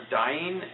dying